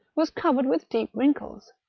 was covered with deep wrinkles,